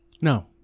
No